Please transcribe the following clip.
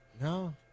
No